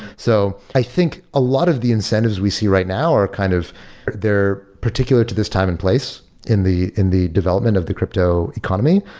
so i think a lot of the incentives we see right now are kind of they're particular to this time and place in the in the development of the crypto economy.